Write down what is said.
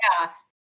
off